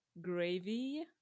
Gravy